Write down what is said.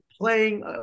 playing